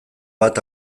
bat